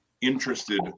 interested